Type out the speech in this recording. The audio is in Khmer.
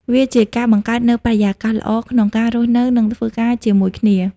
វាជាការបង្កើតនូវបរិយាកាសល្អក្នុងការរស់នៅ និងធ្វើការជាមួយគ្នា។